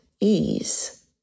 ease